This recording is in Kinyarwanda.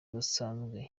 udasanzwe